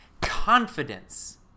confidence